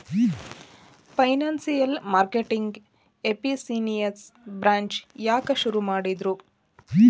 Financial marketing efficiency branch ಯಾಕ್ ಶುರು ಮಾಡಿದ್ರು?